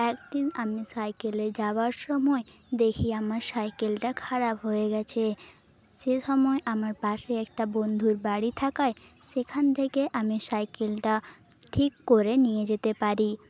একদিন আমি সাইকেলে যাওয়ার সময় দেখি আমার সাইকেলটা খারাপ হয়ে গেছে সেসময় আমার পাশে একটা বন্ধুর বাড়ি থাকায় সেখান থেকে আমি সাইকেলটা ঠিক করে নিয়ে যেতে পারি